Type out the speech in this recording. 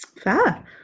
fair